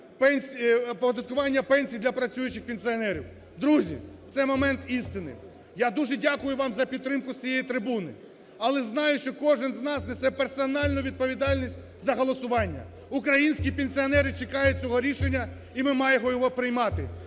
оподаткування пенсій для працюючих пенсіонерів. Друзі, це момент істини. Я дуже дякую вам за підтримку з цієї трибуни, але знаю, що кожен з нас несе персональну відповідальність за голосування. Українські пенсіонери чекають цього рішення, і ми маємо його приймати.